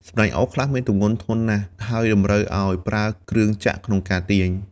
សំណាញ់អូសខ្លះអាចមានទម្ងន់ធ្ងន់ណាស់ ហើយតម្រូវឲ្យប្រើគ្រឿងចក្រក្នុងការទាញ។